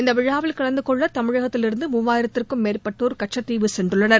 இந்த விழாவில் கலந்து கொள்ள தமிழகத்திலிருந்து மூவாயிரத்திற்கும் மேற்பட்டோர் கச்சத்தீவு சென்றுள்ளனர்